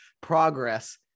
progress